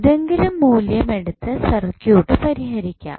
ഏതെങ്കിലും മൂല്യം എടുത്തു സർക്യൂട്ട് പരിഹരിക്കാം